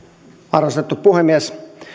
arvostettu puhemies